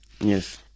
Yes